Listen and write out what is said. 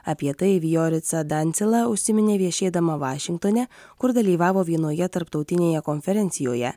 apie tai vijorica dancela užsiminė viešėdama vašingtone kur dalyvavo vienoje tarptautinėje konferencijoje